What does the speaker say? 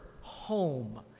home